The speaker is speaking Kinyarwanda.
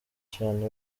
cyane